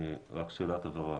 רק שאלת הבהרה.